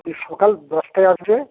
এই সকাল দশটায় আসবে